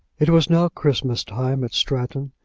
it was now christmas time at stratton,